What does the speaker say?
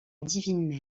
divine